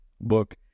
book